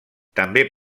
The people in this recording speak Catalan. també